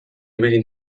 ibili